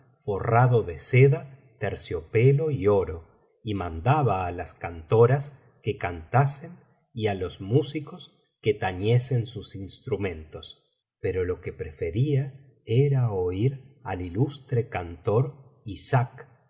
forrado de seda terciopelo y oro y mandaba á las cantoras que cantasen y á los músicos que tañesen sus instrumentos pero lo que prefería era oir al ilustre cantor ishak